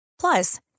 Plus